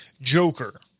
Joker